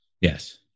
yes